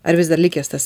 ar vis dar likęs tas